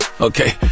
Okay